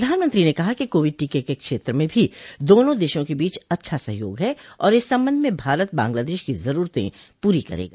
प्रधानमंत्री ने कहा कि कोविड टीके के क्षेत्र में भी दोनों देशों के बीच अच्छा सहयोग है और इस संबंध में भारत बांग्लादश की जरूरतें पूरी करेगा